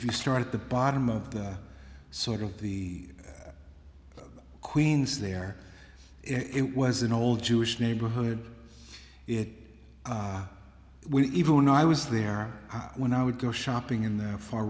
you start at the bottom of the sort of the queens there it was an old jewish neighborhood it was even when i was there when i would go shopping in the far